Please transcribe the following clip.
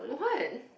what